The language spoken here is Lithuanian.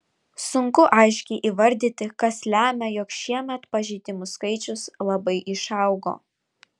sunku aiškiai įvardyti kas lemia jog šiemet pažeidimų skaičius labai išaugo